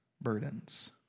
burdens